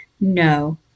No